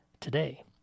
today